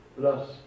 plus